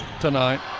tonight